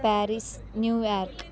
Paris New York